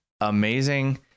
amazing